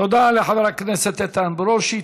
תודה לחבר הכנסת איתן ברושי.